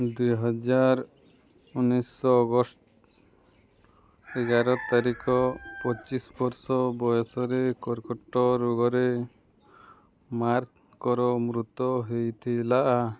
ଦୁଇ ହଜାର ଉନେଶ ଅଗଷ୍ଟ ଏଗାର ତାରିଖ ପଚିଶ ବର୍ଷ ବୟସରେ କର୍କଟ ରୋଗରେ ମାର୍କଙ୍କର ମୃତ ହେଇଥିଲା